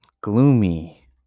gloomy